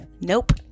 Nope